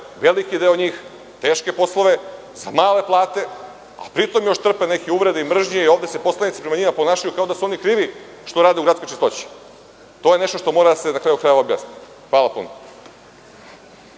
veliki deo teške poslove za male plate, a pri tom još trpe neke uvrede i mržnje i poslanici se prema njima ponašaju kao da su oni krivi što rade u gradskoj čistoći. To je nešto što mora da se objasni. Hvala.